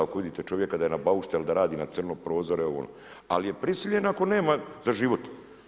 Ako vidite čovjeka da je na baušteli, da radi na crno prozore ovo ono, ali je prisiljen ako nema za život.